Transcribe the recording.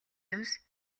юмс